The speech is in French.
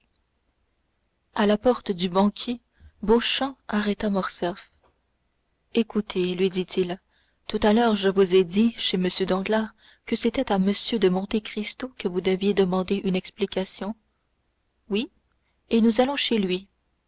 à la porte du banquier beauchamp arrêta morcerf écoutez lui dit-il tout à l'heure je vous ai dit chez m danglars que c'était à m de monte cristo que vous deviez demander une explication oui et nous allons chez lui